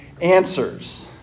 answers